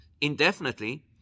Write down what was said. indefinitely